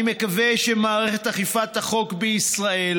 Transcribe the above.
אני מקווה שמערכת אכיפת החוק בישראל